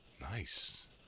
Nice